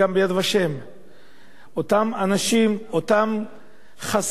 אותם אנשים, אותם חסרי דעת,